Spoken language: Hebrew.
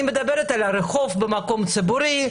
אני מדברת על הרחוב במקום ציבורי,